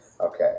Okay